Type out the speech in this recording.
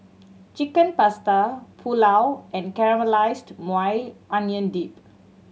Chicken Pasta Pulao and Caramelized Maui Onion Dip